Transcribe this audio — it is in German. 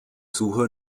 suche